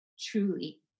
truly